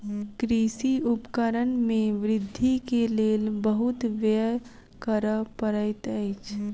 कृषि उपकरण में वृद्धि के लेल बहुत व्यय करअ पड़ैत अछि